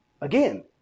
Again